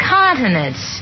continents